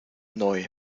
neu